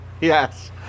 Yes